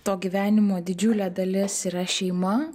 to gyvenimo didžiulė dalis yra šeima